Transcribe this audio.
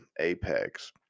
Apex